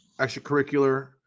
extracurricular